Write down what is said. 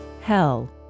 Hell